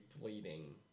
fleeting